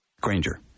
Granger